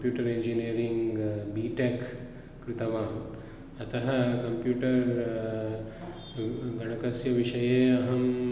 computer engineering BTech कृतवान् अतः computer गणकस्यविषये अहम्